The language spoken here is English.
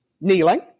kneeling